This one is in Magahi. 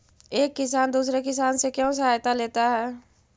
एक किसान दूसरे किसान से क्यों सहायता लेता है?